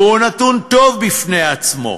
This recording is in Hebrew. והוא נתון טוב בפני עצמו,